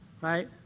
right